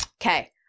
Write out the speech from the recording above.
Okay